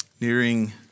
nearing